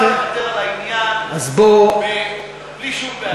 אפשר לוותר על העניין בלי שום בעיה.